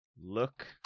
look